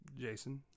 Jason